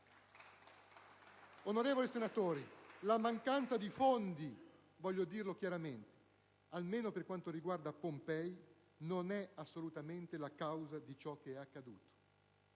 Onorevoli colleghi, la mancanza di fondi - voglio dirlo chiaramente - almeno per quanto riguarda Pompei non è assolutamente la causa di ciò che è accaduto.